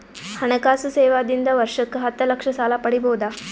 ಹಣಕಾಸು ಸೇವಾ ದಿಂದ ವರ್ಷಕ್ಕ ಹತ್ತ ಲಕ್ಷ ಸಾಲ ಪಡಿಬೋದ?